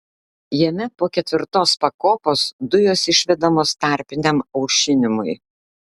jame po ketvirtos pakopos dujos išvedamos tarpiniam aušinimui